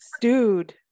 Dude